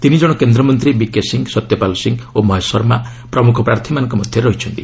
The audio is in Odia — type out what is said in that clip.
ତିନି ଜଣ କେନ୍ଦ୍ରମନ୍ତୀ ବିକେ ସିଂହ ସତ୍ୟପାଲ ସିଂହ ଓ ମହେଶ ଶର୍ମା ପ୍ରମୁଖ ପ୍ରାର୍ଥୀମାନଙ୍କ ମଧ୍ୟରେ ଅଛନ୍ତି